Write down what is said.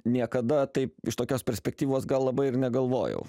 niekada taip iš tokios perspektyvos gal labai ir negalvojau